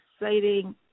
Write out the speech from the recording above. exciting